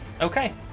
Okay